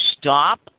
stop